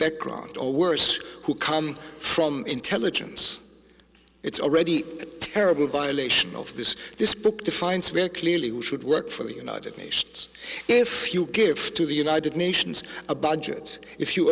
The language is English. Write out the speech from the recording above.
background or worse who come from intelligence it's already a terrible violation of this this book defines where clearly we should work for the united nations if you give to the united nations a budget if you